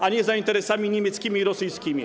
a nie za interesami niemieckimi i rosyjskimi.